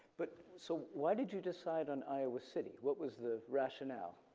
but so, why did you decide on iowa city? what was the rationale?